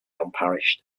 unparished